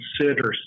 consider